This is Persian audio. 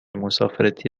مسافرتی